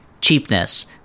cheapness